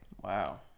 Wow